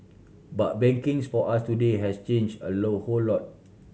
but bankings for us today has change a low whole lot